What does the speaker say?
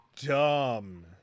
dumb